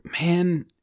man